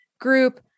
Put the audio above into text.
group